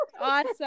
Awesome